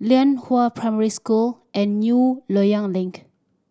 Lianhua Primary School and New Loyang Link